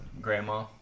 grandma